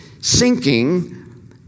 sinking